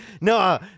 No